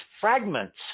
fragments